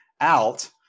out